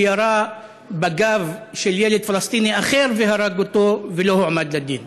שירה בגב של ילד פלסטיני אחר והרג אותו ולא הועמד לדין?